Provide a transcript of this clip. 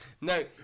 No